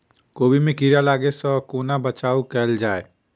कोबी मे कीड़ा लागै सअ कोना बचाऊ कैल जाएँ?